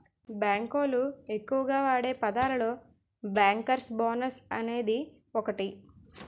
bank లోళ్ళు ఎక్కువగా వాడే పదాలలో బ్యేంకర్స్ బోనస్ అనేది ఒకటి